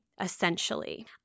essentially